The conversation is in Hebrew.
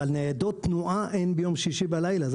אבל ניידות תנועה אין ביום שישי בלילה,